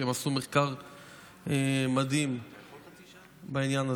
הם עשו מחקר מדהים בעניין הזה.